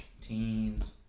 Teens